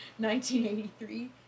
1983